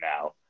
now